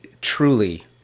truly